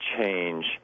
change